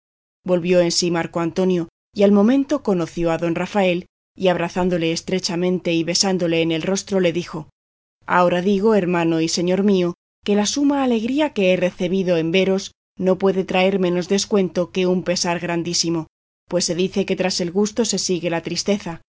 volvió en sí marco antonio y al momento conoció a don rafael y abrazándole estrechamente y besándole en el rostro le dijo ahora digo hermano y señor mío que la suma alegría que he recebido en veros no puede traer menos descuento que un pesar grandísimo pues se dice que tras el gusto se sigue la tristeza